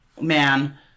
man